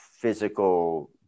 physical